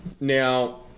Now